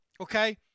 okay